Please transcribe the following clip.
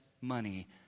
money